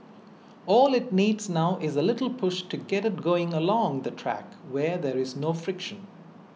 all it needs now is a little push to get it going along the track where there is no friction